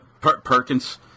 Perkins